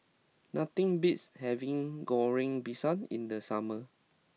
nothing beats having Goreng Pisang in the summer